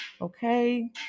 okay